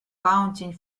counting